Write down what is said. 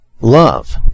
love